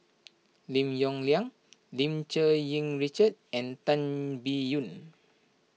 Lim Yong Liang Lim Cherng Yih Richard and Tan Biyun